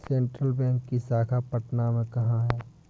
Central bank की शाखा पटना में कहाँ है?